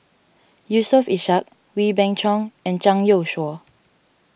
Yusof Ishak Wee Beng Chong and Zhang Youshuo